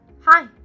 Hi